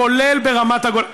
כולל ברמת-הגולן.